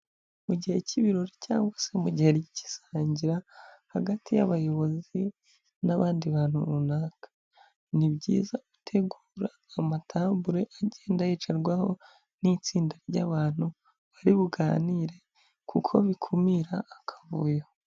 Mu gihe cy'ibirori cyangwa se mu gihe cy'isangira, hagati y'abayobozi n'abandi bantu runaka, ni byiza gutegura amatabure agenda yicarwaho n'itsinda ry'abantu bari buganire kuko bikumira akavuyo.